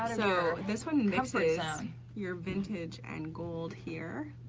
so this one mixes your vintage and gold here,